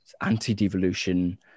anti-devolution